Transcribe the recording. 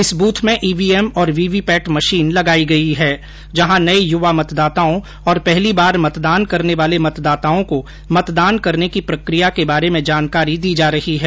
इस बूथ में ईवीएम और वीवीपैट मशीन लगाई गई है जहां नये युवा मतदाताओं और पहली बार मतदान करने वाले मतदाताओं को मतदान करने की प्रकिया के बारे में जानकारी दी जा रही है